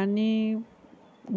आनी